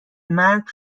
مرگ